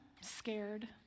scared